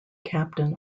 captain